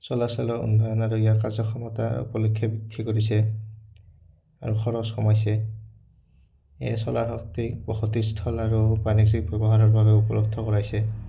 চলাৰ চেলৰ উন্নয়ন আৰু ইয়াৰ কাৰ্যক্ষমতা উপলক্ষে বৃদ্ধি কৰিছে আৰু খৰচ কমাইছে এই চলাৰ শক্তিক বসতি স্থল আৰু বাণিজ্যিক ব্যৱহাৰৰ বাবে উপলব্ধ কৰাইছে